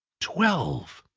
twelve!